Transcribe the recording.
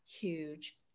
huge